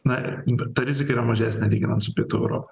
na ta rizika yra mažesnė lyginant su pietų europa